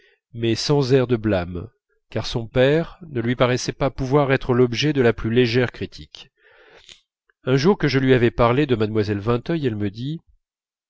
mais sans air de blâme car son père ne lui paraissait pas pouvoir être l'objet de la plus légère critique un jour que je lui avais parlé de mlle vinteuil elle me dit